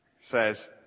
says